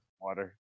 water